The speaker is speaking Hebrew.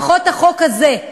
לפחות, בחוק הזה,